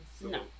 No